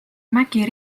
mägi